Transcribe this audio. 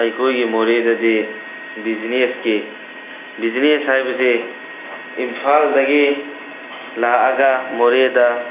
ꯑꯩꯈꯣꯏꯒꯤ ꯃꯣꯔꯦꯗꯗꯤ ꯕꯤꯖꯤꯅꯦꯁꯀꯤ ꯕꯤꯖꯤꯅꯦꯁ ꯍꯥꯏꯕꯁꯦ ꯏꯝꯐꯥꯜꯗꯒꯤ ꯂꯥꯛꯑꯒ ꯃꯣꯔꯦꯗ